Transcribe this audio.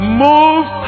move